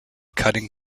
cutting